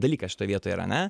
dalykas šitoj vietoj yra ne